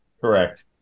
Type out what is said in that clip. Correct